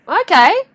Okay